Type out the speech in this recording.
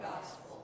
gospel